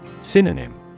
Synonym